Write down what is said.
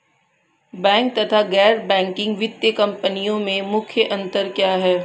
Bank तथा गैर banking वित्तीय कंपनियों में मुख्य अंतर क्या है?